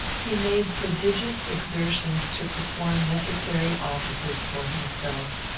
he made prodigious exertions to perform necessary offices for himself.